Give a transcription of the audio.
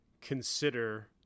consider